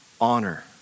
honor